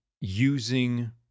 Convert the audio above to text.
using